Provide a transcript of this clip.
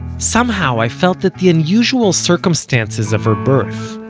somehow i felt that the unusual circumstances of her birth,